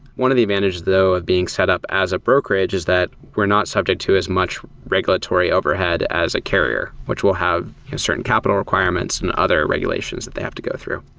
one of the advantages though of being set up as a brokerage is that we're not subject to as much regulatory overhead as a carrier, which will have certain capital requirements and other regulations that they have to go through.